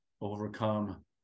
overcome